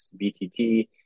BTT